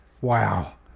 Wow